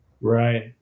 Right